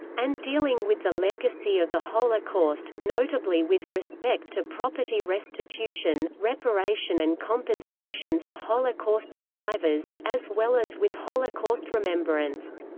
and dealing with the legacy of the holocaust, notably with respect to property restitution, reparation and compensation for holocaust survivors, as well as with holocaust remembrance.